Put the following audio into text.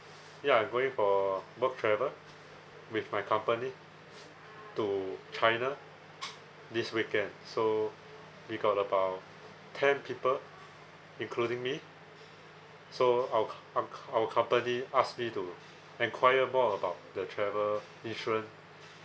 ya I'm going for work travel with my company to china this weekend so we got about ten people including me so our c~ our c~ our company asked me to enquire more about the travel insurance